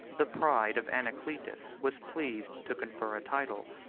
the pride of anacletus was pleased to confer a title,